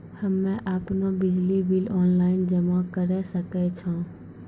हम्मे आपनौ बिजली बिल ऑनलाइन जमा करै सकै छौ?